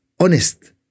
honest